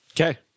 Okay